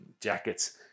jackets